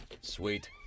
Sweet